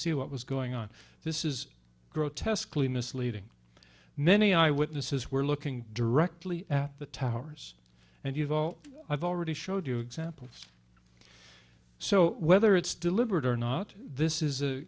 see what was going on this is grotesquely misleading many eyewitnesses were looking directly at the towers and you've all i've already showed you examples so whether it's deliberate or not this is